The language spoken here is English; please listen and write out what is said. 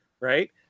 right